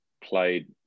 played